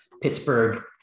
Pittsburgh